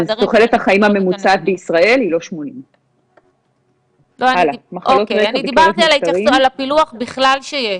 אז תוחלת החיים הממוצעת בישראל היא לא 80. דיברתי על הפילוח בכלל שיש.